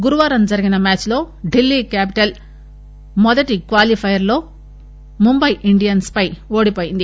గురువారం జరిగిన మ్యాచ్ లో ఢిల్లీ క్యాపిటల్ మొదటి క్పాలీఫయర్ లో ముంబై ఇండియన్స్ పై ఓడివోయింది